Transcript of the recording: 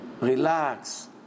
relax